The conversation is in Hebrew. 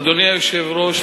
אדוני היושב-ראש,